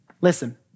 listen